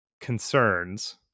concerns